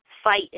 fight